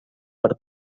per